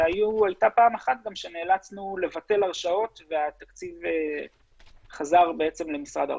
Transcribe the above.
והייתה פעם אחת גם שנאלצנו לבטל הרשאות והתקציב חזר למשרד האוצר.